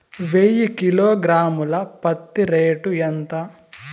వెయ్యి కిలోగ్రాము ల పత్తి రేటు ఎంత?